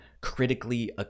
critically